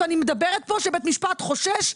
ואני מדברת פה שבית משפט חושש,